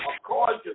according